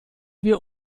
wir